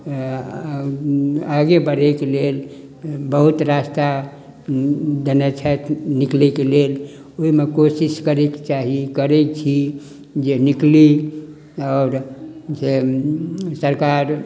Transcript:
आगे बढ़ैके लेल बहुत रास्ता देनै छथि निकलै के लेल ओहिमे कोशिश करेके चाही करै छी जे निकली आओर जे सरकार